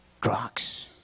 drugs